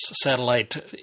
satellite